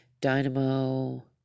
Dynamo